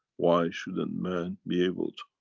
why shouldn't man be able to.